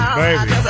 baby